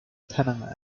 panama